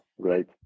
great